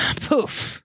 poof